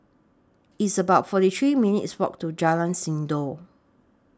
It's about forty three minutes' Walk to Jalan Sindor